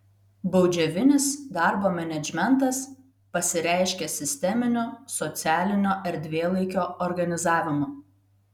baudžiavinis darbo menedžmentas pasireiškė sisteminiu socialinio erdvėlaikio organizavimu